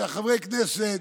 שחברי כנסת